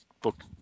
book